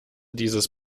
dieses